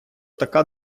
така